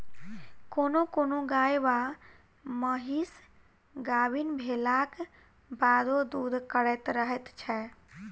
कोनो कोनो गाय वा महीस गाभीन भेलाक बादो दूध करैत रहैत छै